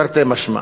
תרתי משמע.